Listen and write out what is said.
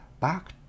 back